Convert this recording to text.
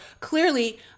Clearly